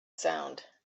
sound